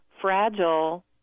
fragile